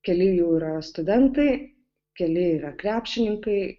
keli jų yra studentai keli yra krepšininkai